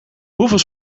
hoeveel